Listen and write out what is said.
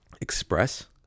Express